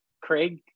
Craig